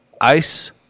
Ice